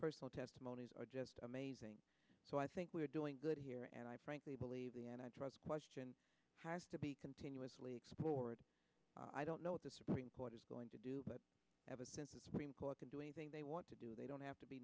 personal testimonies are just amazing so i think we're doing good here and i frankly believe me and i drugs question has to be continuously explored i don't know what the supreme court is going to do but ever since the supreme court can do anything they want to do they don't have to be